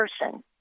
person